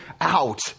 out